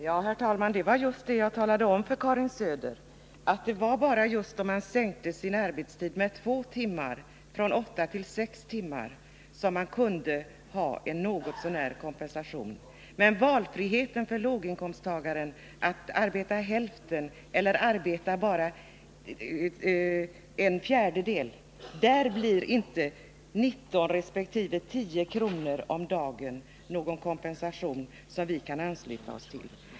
Herr talman! Det var just det som Nils Carlshamre nu har sagt som jag talade om för Karin Söder. Det är bara om man sänker sin arbetstid med två timmar, från åtta till sex timmar, som man får en något så när god kompensation. Men för låginkomsttagaren som arbetar halvtid eller bara en fjärdedel av tiden blir inte 19 resp. 10 kr. om dagen någon kompensation som vi kan ansluta oss till.